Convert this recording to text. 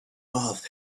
path